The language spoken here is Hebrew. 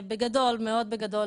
מאוד בגדול,